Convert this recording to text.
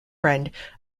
friend